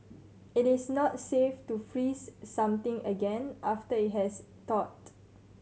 it is not safe to freeze something again after it has thawed